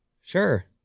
Sure